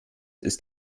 ist